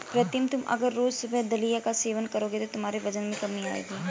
प्रीतम तुम अगर रोज सुबह दलिया का सेवन करोगे तो तुम्हारे वजन में कमी आएगी